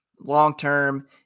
long-term